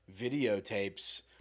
videotapes